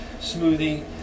smoothie